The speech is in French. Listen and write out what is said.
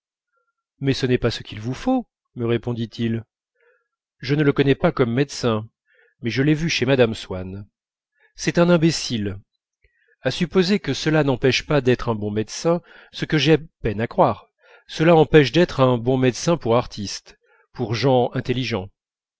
mais ce n'est pas ce qu'il vous faut me répondit-il je ne le connais pas comme médecin mais je l'ai vu chez mme swann c'est un imbécile à supposer que cela n'empêche pas d'être un bon médecin ce que j'ai peine à croire cela empêche d'être un bon médecin pour artistes pour gens intelligents